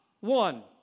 one